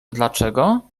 dlaczego